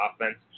offense